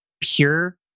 pure